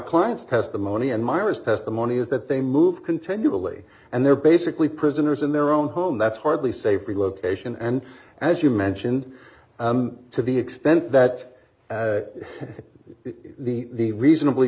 client's testimony and myra's testimony is that they move continually and they're basically prisoners in their own home that's hardly safe relocation and as you mentioned to the extent that the reasonably